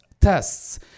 tests